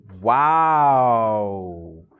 Wow